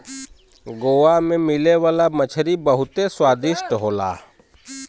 गोवा में मिले वाला मछरी बहुते स्वादिष्ट होला